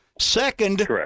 second